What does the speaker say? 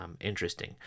interesting